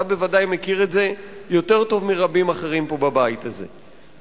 אתה בוודאי מכיר את זה יותר טוב מרבים אחרים פה בבית הזה.